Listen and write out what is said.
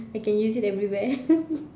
I can use it everywhere